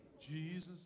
Jesus